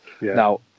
Now